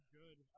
good